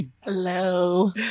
Hello